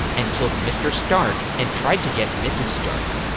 and killed mr. stark and tried to get mrs. stark,